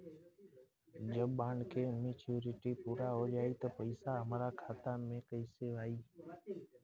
जब बॉन्ड के मेचूरिटि पूरा हो जायी त पईसा हमरा खाता मे कैसे आई?